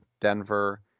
Denver